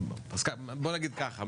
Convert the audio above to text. בוא נגיד כך,